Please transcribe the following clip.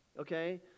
Okay